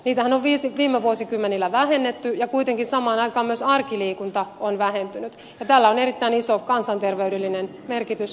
niitähän on viime vuosikymmenillä vähennetty ja kuitenkin samaan aikaan myös arkiliikunta on vähentynyt ja tällä on erittäin iso kansanterveydellinen merkitys